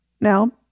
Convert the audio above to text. Now